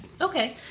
Okay